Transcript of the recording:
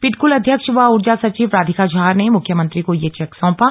पिटकुल अध्यक्ष व ऊर्जा सचिव राधिका झा ने मुख्यमंत्री को यह चेक सौंपा